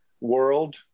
world